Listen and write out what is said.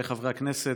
חבריי חברי הכנסת,